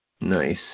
Nice